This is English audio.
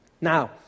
Now